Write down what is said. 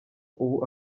ubu